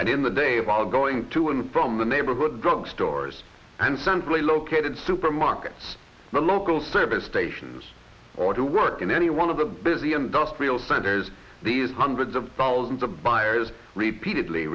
and in the day about going to and from the neighborhood drug stores and centrally located supermarkets the local service stations or do work in any one of the busy industrial centers these hundreds of thousands of buyers repeatedly